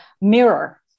mirror